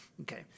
okay